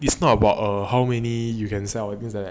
it's not about err how many you can sell